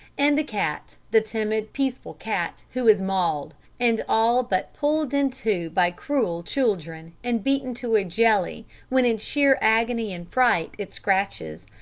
and the cat the timid, peaceful cat who is mauled, and all but pulled in two by cruel children, and beaten to a jelly when in sheer agony and fright it scratches.